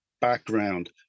background